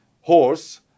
horse